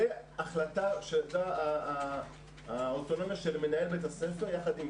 זו החלטה שבה האוטונומיה היא של מנהל בית הספר יחד עם